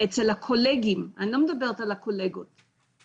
אצל הקולגות הגברים ואני לא מדברת על הקולגות הנשים,